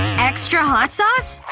and extra hot sauce?